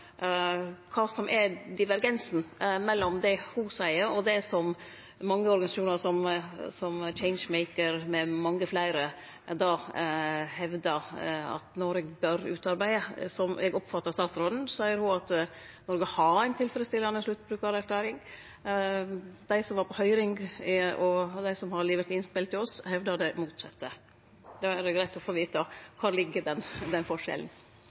ho seier, og det som mange organisasjonar, som Changemaker og mange fleire, hevdar at Noreg bør utarbeide? Slik eg oppfattar statsråden, seier ho at Noreg har ei tilfredsstillande sluttbrukarerklæring. Dei som var på høyring, og dei som har levert innspel til oss, hevdar det motsette. Då er det greitt å få vite: Kva ligg i den forskjellen?